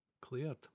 cleared